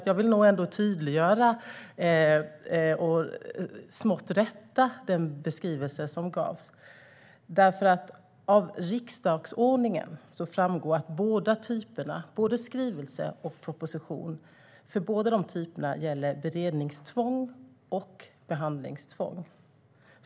Jag vill nämligen tydliggöra och smått rätta den beskrivning som gavs. Av riksdagsordningen framgår det att för både skrivelse och proposition gäller beredningstvång och behandlingstvång.